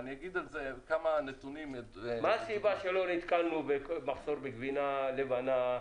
מה הסיבה שלא נתקלנו במחסור בגבינה לבנה,